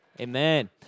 amen